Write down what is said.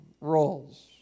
roles